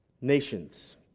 nations